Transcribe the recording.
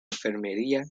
enfermería